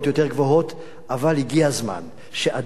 אבל הגיע הזמן שאדם ייתן את התשלום,